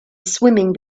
swimming